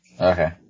Okay